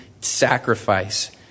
sacrifice